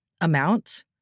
amount